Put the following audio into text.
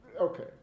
okay